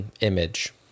image